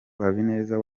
habineza